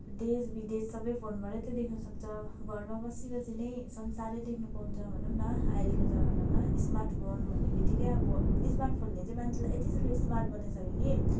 देश विदेश सबै फोनबाटै त देख्नु सक्छ घरमा बसी बसी नै घरमा संसारै देख्न पाउँछ भनौँं न अहिलेको जमानामा स्मार्ट फोन भन्ने बित्तिकै अब स्मार्टफोनले चाहिँ मान्छेलाई यति साह्रो स्मार्ट बनाइसक्यो कि